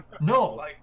No